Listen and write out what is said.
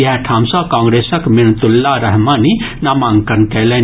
इएह ठाम सँ कांग्रेसक मिन्नतुल्ला रहमानी नामांकन कयलनि